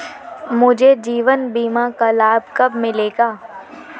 मुझे जीवन बीमा का लाभ कब मिलेगा?